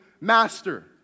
master